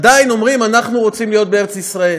עדיין אומרים: אנחנו רוצים להיות בארץ-ישראל